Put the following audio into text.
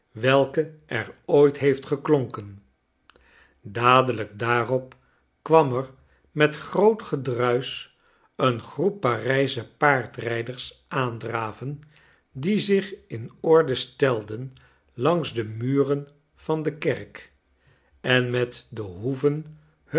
welke er ooit heeft geklonken dadelijk daarop kwam er met groot gedruisch een troep parijsche paardryders aandraven die zich in orde stelden langs de muren van de kerk en met de hoeven